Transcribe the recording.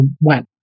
went